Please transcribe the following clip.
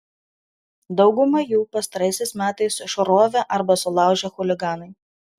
daugumą jų pastaraisiais metais išrovė arba sulaužė chuliganai